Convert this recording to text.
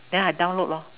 then I download lor